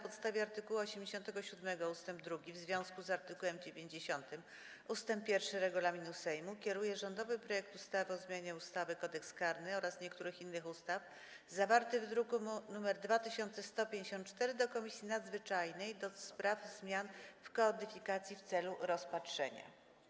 podstawie art. 87 ust. 2 w związku z art. 90 ust. 1 regulaminu Sejmu, kieruje rządowy projekt ustawy o zmianie ustawy Kodeks karny oraz niektórych innych ustaw, zawarty w druku nr 2154, do Komisji Nadzwyczajnej do spraw zmian w kodyfikacjach w celu rozpatrzenia.